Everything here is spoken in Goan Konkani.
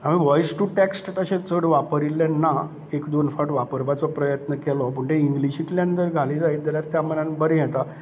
हांवे वॉयस टु टेक्स्ट तशें चड वापरिल्लेंना एक दोन फावट वापरपाचो प्रयत्न केलो पूण तें इंग्लीशींतल्यान जर घालें जायत जाल्यार त्या मनान बरें येता